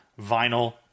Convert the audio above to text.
vinyl